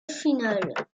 finale